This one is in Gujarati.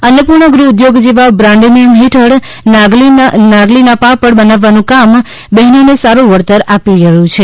અન્નાપુર્ણા ગૃહઉધોગ જેવા બ્રાન્ડ નેમ હેઠળ નાગલીના પાપડ બનાવવાનું કામ બહેનોને સાડું વળતર આપી રહ્યું છે